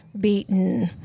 beaten